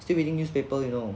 still reading newspapers you know